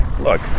look